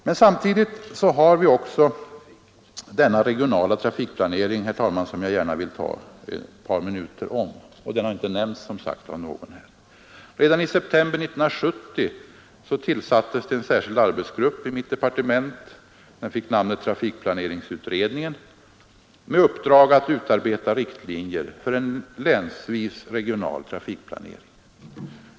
Men samtidigt har vi också denna regionala trafikplanering, som jag gärna vill tala om under ett par minuter — den har inte nämnts av någon här. Redan i september 1970 tillsattes en särskild arbetsgrupp i mitt departement — den fick namnet trafikplaneringsutredningen — med uppdrag att utarbeta riktlinjer för en länsvis regional trafikplanering.